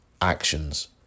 actions